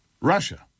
Russia